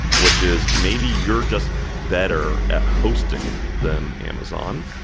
which is maybe you're just better at hosting than amazon,